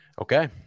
okay